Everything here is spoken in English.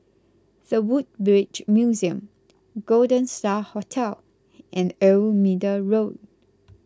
the Woodbridge Museum Golden Star Hotel and Old Middle Road